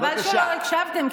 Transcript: חבל שלא הקשבתם,